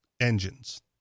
engines